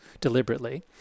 deliberately